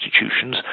institutions